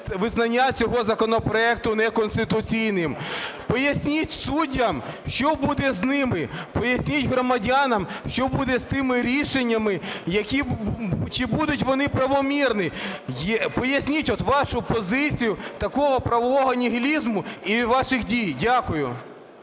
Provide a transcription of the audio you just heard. визнання цього законопроекту неконституційним? Поясніть суддям, що буде з ними, поясніть громадянам, що буде з тими рішеннями, чи будуть вони правомірні? Поясніть от вашу позицію такого правового нігілізму і ваших дій. Дякую.